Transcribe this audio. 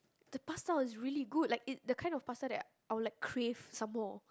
the pasta was really good like it the kind of pasta that I will like crave some more